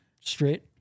Straight